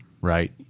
right